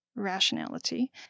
Rationality